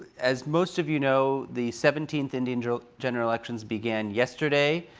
as most of you know, the seventeenth indian general general elections began yesterday,